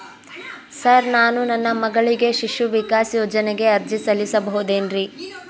Sir ನಾನು ನನ್ನ ಮಗಳಿಗೆ ಶಿಶು ವಿಕಾಸ್ ಯೋಜನೆಗೆ ಅರ್ಜಿ ಸಲ್ಲಿಸಬಹುದೇನ್ರಿ?